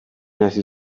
hasi